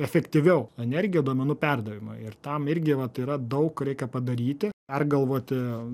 efektyviau energiją duomenų perdavimo ir tam irgi vat yra daug reikia padaryti pergalvoti